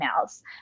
emails